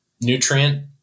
nutrient